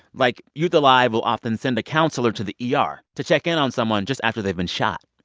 like, youth alive! will often send a counselor to the yeah ah er to check in on someone just after they've been shot.